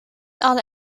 alle